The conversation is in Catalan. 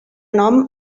nom